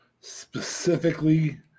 specifically